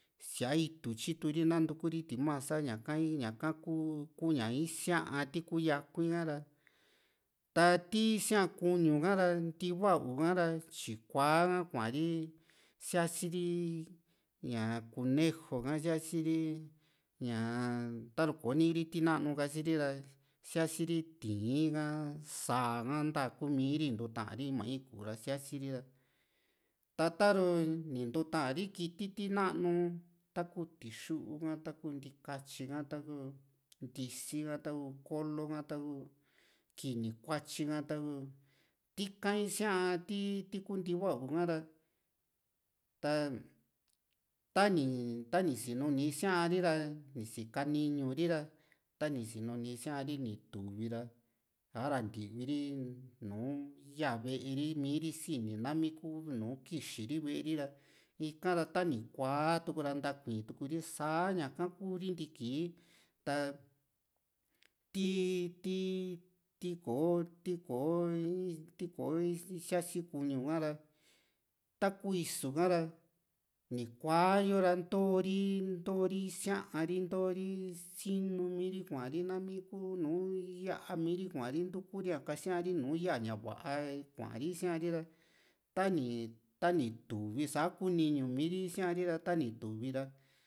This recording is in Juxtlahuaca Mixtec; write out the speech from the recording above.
sia itu tyitu ri nantukuri timasa ñaka ñaka kuu ku ña isia´ti kuu yakui´n ka ta ti isia´akuñu ka ntiva´u ha´ra tyikua ha kuari sia´si ri kuneju ka sia´si ri ñaa taru kò´o niri ti nanu kasiri ra sia´si ri ti´ín ha sáa ka ntaku mii ri ntuuta ri mañu ku´u ra sia´si ri ta ta´ru ntuta ri kiti ti nanu taku tixu ka ta ku ntikatyi ka taku ntisi ha taku ko´lo ha taku kini kuatyi ha taku tika isia´a ti kuu ntiva´u ha´ra ta tani tani sinu ni isia´ri ra ni sika ni´ñu ri ra tani sinu ni isiari ni tuvi ra sa´ra ntivi ri nùù yaa ve´e ri miiri sini nami kuu nu kixi ri ve´e ri ra ika ra tani kuaa´tu ra natakuii tuuri sa´ña ka kuu ri ntiki taa ti ti ti´ko ti´ko ti´ko sia´si ñuñu ka´ra taku isu ka´ra ni kuaa yo ra intori isiari intori sinumi ri kuari nami kuu nùù ya´a miri kuari ntuku ri´a kasiari a nu yaa ña va´a kuari isia´ri ra tani tani tuvi sa kuu ni ñuu miri isia´ri ra tani tuvi ra